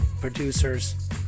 producers